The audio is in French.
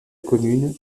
commune